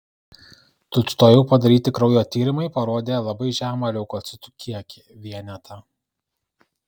tučtuojau padaryti kraujo tyrimai parodė labai žemą leukocitų kiekį vienetą